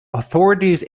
authorities